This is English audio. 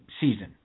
season